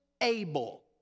able